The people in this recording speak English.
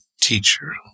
teacher